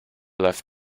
left